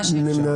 הצבעה לא אושרו.